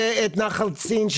והרסה את נחל צין.